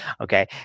Okay